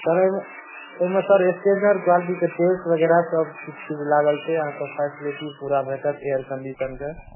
sir एहिमे एहिमे sir standard क्वालिटीके टाइल्स बगैरह सब किछु किछु लागल छै अहाँकेँ फैसलिटी पूरा भेटत एयर कंडीशनके